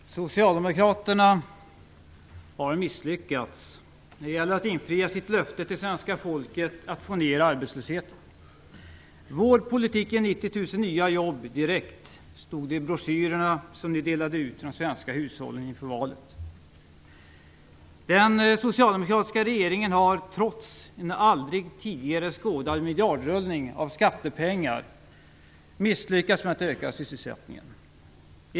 Fru talman! Socialdemokraterna har misslyckats med att infria sitt löfte till svenska folket att få ner arbetslösheten. "Vår politik ger 90 000 ny jobb - direkt", stod det i broschyrerna som ni delade ut till de svenska hushållen inför valet. Den socialdemokratiska regeringen har trots en aldrig tidigare skådad miljardrullning av skattepengar misslyckats med att öka sysselsättningen.